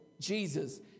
Jesus